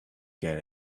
get